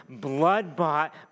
blood-bought